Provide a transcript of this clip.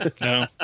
No